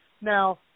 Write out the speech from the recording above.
Now